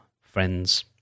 friends